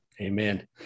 Amen